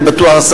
אני בטוח,